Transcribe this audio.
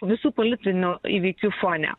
visų politinių įvykių fone